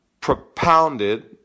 propounded